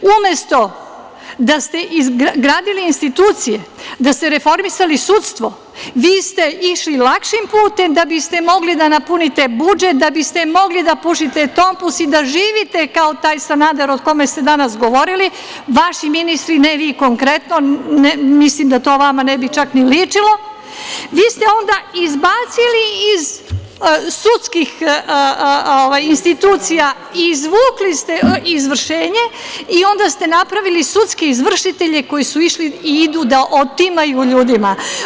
Umesto da ste gradili institucije, da ste reformisali sudstvo, vi ste išli lakšim putem da biste mogli da napunite budžet, da biste mogli da pušite tompus i da živite kao taj Sanader o kojem ste danas govorili, vaši ministri, ne vi konkretno, mislim da to vama ne bi čak ni ličilo, vi ste onda izbacili iz sudskih institucija, izvukli ste izvršenje i onda ste napravili sudske izvršitelje koji su išli i idu da otimaju ljudima.